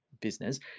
business